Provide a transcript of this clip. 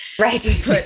Right